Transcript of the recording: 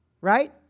right